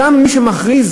גם מי שמכריז,